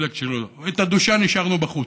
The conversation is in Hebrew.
את הדושן השארנו בחוץ.